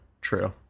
True